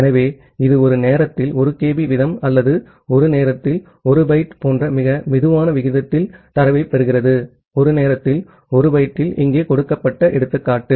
ஆகவே இது ஒரு நேரத்தில் 1 kB வீதம் அல்லது ஒரு நேரத்தில் 1 பைட் போன்ற மிக மெதுவான விகிதத்தில் தரவைப் பெறுகிறது ஒரு நேரத்தில் 1 பைட்டில் இங்கே எடுத்துக்காட்டு கொடுக்கப்பட்டது